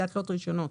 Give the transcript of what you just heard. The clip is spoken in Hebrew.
להתלות רישיונות.